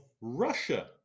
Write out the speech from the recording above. Russia